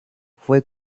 fue